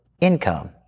income